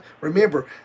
Remember